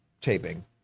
taping